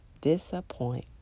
disappoint